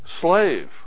slave